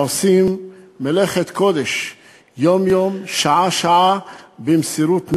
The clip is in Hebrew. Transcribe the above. שעושים מלאכת קודש יום-יום, שעה-שעה, במסירות נפש,